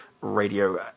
Radio